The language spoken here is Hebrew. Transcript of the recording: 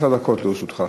עשר דקות לרשותך.